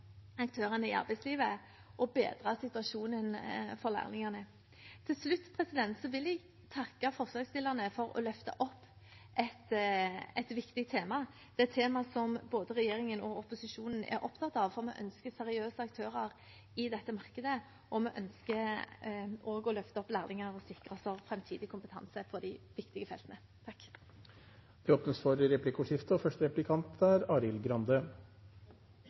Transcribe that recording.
aktørene i arbeidslivet og bedre situasjonen for lærlingene. Til slutt vil jeg takke forslagsstillerne for å løfte opp et viktig tema. Det er et tema som både regjeringen og opposisjonen er opptatt av, for vi ønsker seriøse aktører i dette markedet, og vi ønsker også å løfte opp lærlingene og sikre framtidig kompetanse på de viktige feltene. Det blir replikkordskifte. Aller først takk for